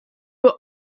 were